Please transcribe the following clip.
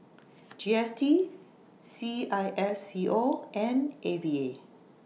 G S T C I S C O and A V A